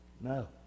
No